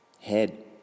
head